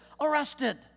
arrested